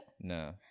no